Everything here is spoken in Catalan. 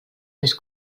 més